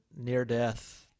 near-death